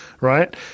right